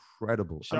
incredible